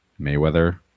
Mayweather